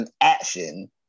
action